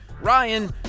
Ryan